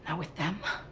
and with them.